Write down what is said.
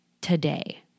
today